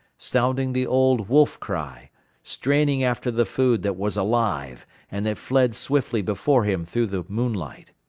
sounding the old wolf-cry, straining after the food that was alive and that fled swiftly before him through the moonlight.